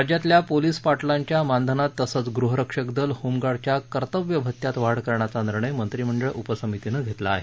राज्यातल्या पोलीस पाटीलांच्या मानधनात तसंच गृहरक्षक दल होमगार्डच्या कर्तव्य भत्यात वाढ करण्याचा निर्णय मंत्रिमंडळ उपसमितीनं घेतला आहे